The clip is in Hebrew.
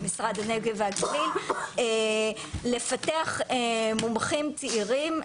עם משרד הנגב והגליל לפתח מומחים צעירים,